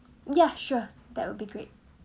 ya sure that would be great